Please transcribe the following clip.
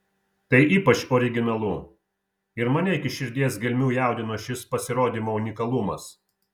tai ypač originalu ir mane iki širdies gelmių jaudino šis pasirodymo unikalumas